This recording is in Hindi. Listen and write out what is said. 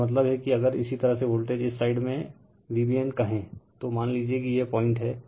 मेरा मतलब हैं कि अगर इसी तरह से वोल्टेज इस साइड में Vbn कहे तो मान लीजिये कि यह पॉइंट हैं